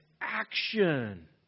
action